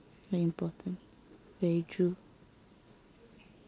very important very true